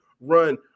run